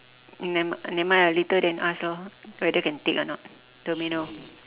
um n~ nevermind nevermind lah later then ask lor whether can take or not don't minum